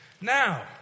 Now